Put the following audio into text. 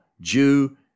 Jew